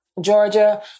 Georgia